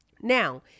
Now